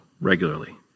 regularly